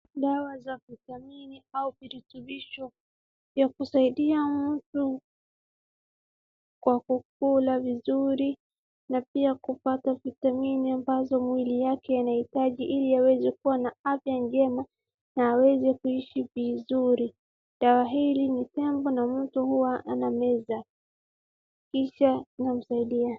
Dawa za vitamini au virutubisho vya kusaidia mtu kwa kukula vizuri na pia kupata vitamini ambazo mwili yake inahitaji ili aweze kuwa na afya njema na aweze kuishi vizuri. Dawa hili ni tembo na mtu huwa anameza kisha inamsaidia.